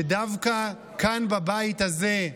שדווקא כאן בבית הזה,